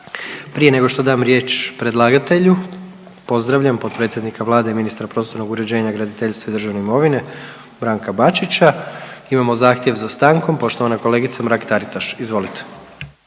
Prije nego što dam riječ predlagatelju pozdravljam potpredsjednika Vlade i ministra prostornog uređenja, graditeljstva i državne imovine Branka Bačića. Imamo zahtjev za stankom, poštovana kolegica Mrak Taritaš. Izvolite.